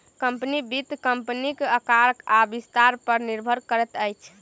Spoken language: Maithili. कम्पनी, वित्त कम्पनीक आकार आ विस्तार पर निर्भर करैत अछि